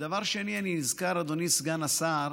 דבר שני, אני נזכר, אדוני סגן השר,